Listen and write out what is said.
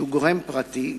שהוא גורם פרטי,